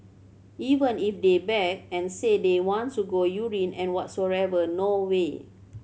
even if they beg and say they want to go urine and whatsoever no way